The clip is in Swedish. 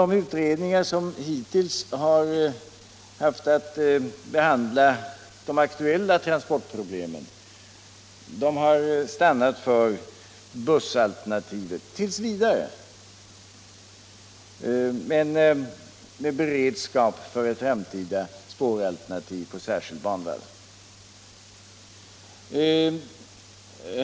De utredningar som hittills haft att behandla de aktuella transportproblemen har t. v. stannat för bussalternativet men med beredskap för framtida spåralternativ på särskild banvall.